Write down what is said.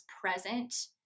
present